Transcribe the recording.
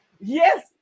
Yes